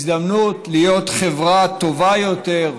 הזדמנות להיות חברה טובה יותר,